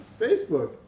Facebook